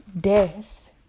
death